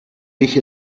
wich